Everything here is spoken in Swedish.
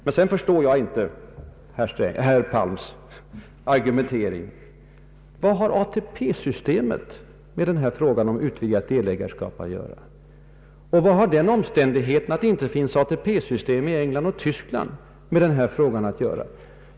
Men sedan förstår jag inte herr Palms argumentering. Vad har ATP-systemet med frågan om utvidgat delägarskap att göra? Vad har den omständigheten att det inte finns ATP-system i Frankrike och Tyskland med problemet att göra?